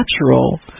natural